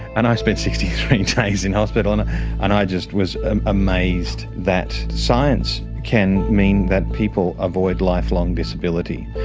and i spent sixty three days in hospital and and i just was amazed that science can mean that people avoid lifelong disability,